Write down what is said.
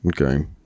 Okay